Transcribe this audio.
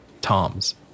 Tom's